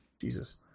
Jesus